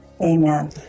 Amen